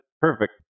perfect